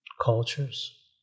cultures